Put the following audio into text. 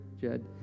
Jed